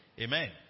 Amen